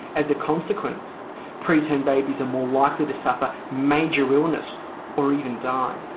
as a consequence preterm babies are more likely to suffer major illness or even die.